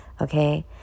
okay